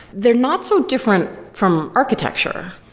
they're not so different from architecture.